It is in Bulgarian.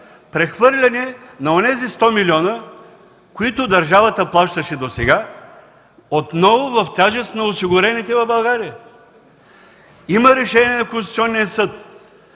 Прехвърляне на онези 100 милиона, които държавата плащаше досега, отново в тежест на осигурените в България. Има решение на Конституционния съд